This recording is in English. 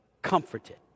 Comforted